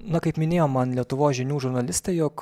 na kaip minėjo man lietuvos žinių žurnalistė jog